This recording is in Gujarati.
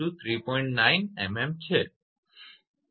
9 mmમીમી હશે